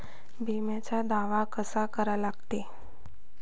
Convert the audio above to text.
बिम्याचा दावा कसा करा लागते?